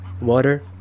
water